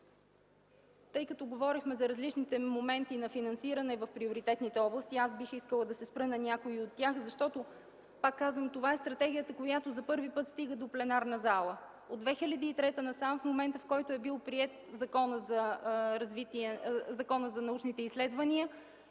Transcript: Тъй като говорихме за различните моменти на финансиране в приоритетните области, аз бих искала да се спра на някои от тях, защото, пак казвам, това е стратегията, която за първи път стига до пленарната зала. От 2003 г. насам в момента, в който е бил приет Законът за научните изследвания,